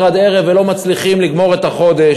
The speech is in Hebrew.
עד ערב ולא מצליחים לגמור את החודש,